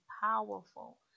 powerful